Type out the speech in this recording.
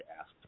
asked